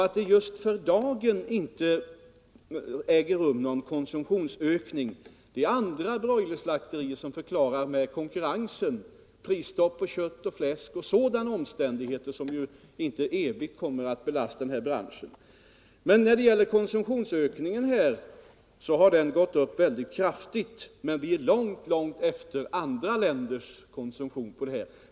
Att det just för dagen inte äger rum någon konsumtionsökning förklarar man på andra broilerslakterier med konkurrensen, prisstoppet på kött och fläsk och andra sådana omständigheter som inte för evigt kommer att belasta denna bransch. Konsumtionsökningen har tidigare varit kraftig, men vi ligger långt efter andra länders konsumtion.